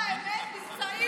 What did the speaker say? היא אמרה לו את זה.